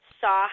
saw